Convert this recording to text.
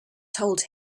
told